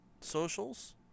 socials